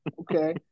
okay